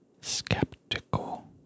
skeptical